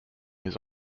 his